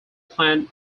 plant